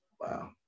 wow